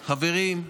חברים,